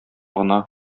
гына